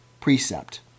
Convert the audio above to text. precept